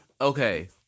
Okay